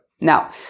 Now